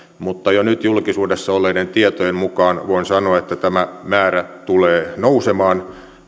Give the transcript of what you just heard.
mutta jo nyt julkisuudessa olleiden tietojen mukaan voin sanoa että tämä määrä tulee nousemaan